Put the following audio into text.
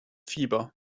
fieber